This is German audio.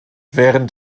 während